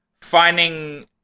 finding